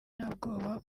ntabwoba